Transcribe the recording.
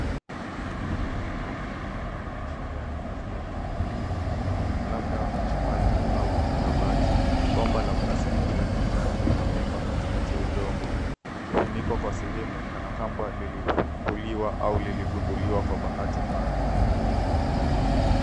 Udongo umevurugika kama ishara ya kazi ya hivi karibuni, labda uchimbaji au ukarabati. Bomba la plastiki la kijani linapimba katikati ya udongo likifunikwa kwa sehemu kana kwamba lilikuliwa na au liligunduliwa kwa bahati mbaya.